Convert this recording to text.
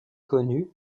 connu